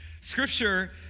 Scripture